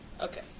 Okay